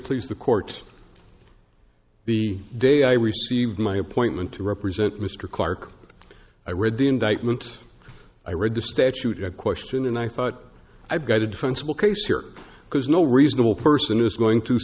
please the court the day i received my appointment to represent mr clarke i read the indictment i read the statute at question and i thought i've got a defensible case here because no reasonable person is going to